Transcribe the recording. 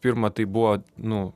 pirma tai buvo nu